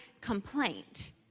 complaint